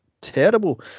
terrible